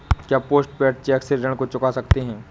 क्या post paid cheque से ऋण को चुका सकते हैं?